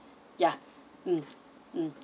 ya mm